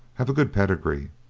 have a good pedigree,